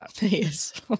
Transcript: Yes